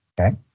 okay